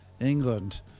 England